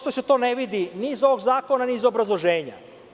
To se ne vidi ni iz ovog zakona ni iz obrazloženja.